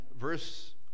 verse